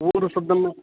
ஊர் சுத்தம்